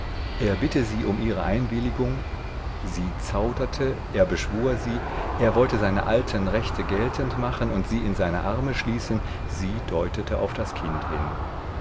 er bitte sie um ihre einwilligung sie zauderte er beschwur sie er wollte seine alten rechte geltend machen und sie in seine arme schließen sie deutete auf das kind hin